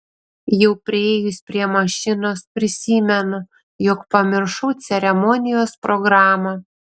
jau priėjus prie mašinos prisimenu jog pamiršau ceremonijos programą